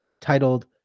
titled